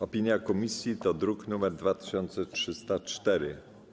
Opinia komisji to druk nr 2304.